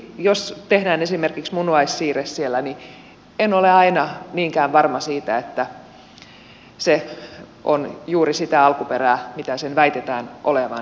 jos tehdään esimerkiksi munuaissiirre siellä niin en ole aina niinkään varma siitä että se on juuri sitä alkuperää mitä sen väitetään olevan